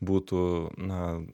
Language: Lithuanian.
būtų na